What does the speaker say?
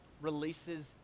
releases